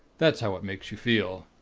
that's how it makes you feel.